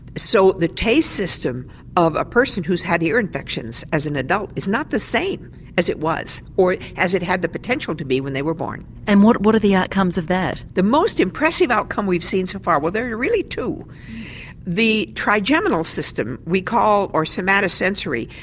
so the taste system of a person who's had ear infections as an adult is not the same as it was or as it had the potential to be when they were born. and what what are the outcomes of that? the most impressive outcome we've seen so far well there are really two the trigeminal system we call or somatosensory.